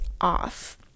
off